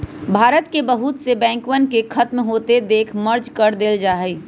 भारत के बहुत से बैंकवन के खत्म होते देख मर्ज कर देयल जाहई